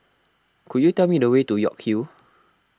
could you tell me the way to York Hill